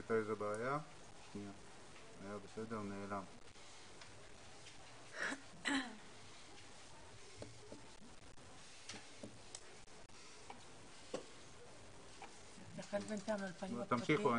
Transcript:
תמשיכו,